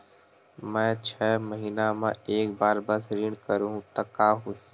मैं छै महीना म एक बार बस ऋण करहु त का होही?